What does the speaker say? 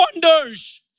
wonders